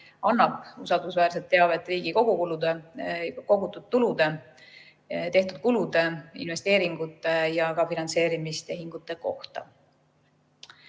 annab usaldusväärset teavet riigi kogutud tulude, tehtud kulude, investeeringute ja finantseerimistehingute kohta.